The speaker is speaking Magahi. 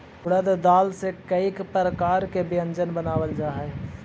उड़द दाल से कईक प्रकार के व्यंजन बनावल जा हई